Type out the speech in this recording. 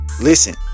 listen